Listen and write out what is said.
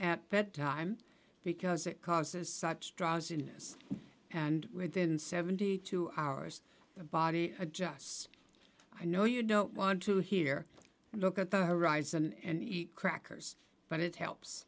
bedtime because it causes such drowsiness and within seventy two hours the body adjusts i know you don't want to hear and look at the horizon and crackers but it helps